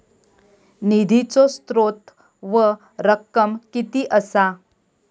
निधीचो स्त्रोत व रक्कम कीती असा?